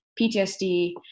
PTSD